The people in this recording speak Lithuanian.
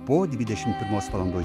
po dvidešimt pirmos valandos